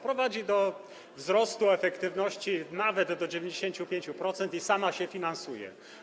Prowadzi do wzrostu efektywności nawet do 95% i sama się finansuje.